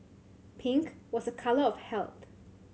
pink was a colour of health